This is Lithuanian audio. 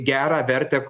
gerą vertę